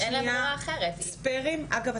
אגב,